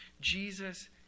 Jesus